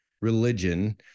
Religion